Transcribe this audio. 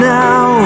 now